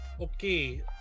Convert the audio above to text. Okay